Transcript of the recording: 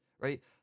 right